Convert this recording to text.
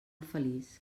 feliç